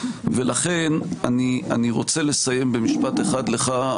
אני רוצה לסיים במשפט אחד לך,